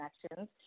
connections